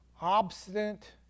Obstinate